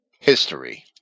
history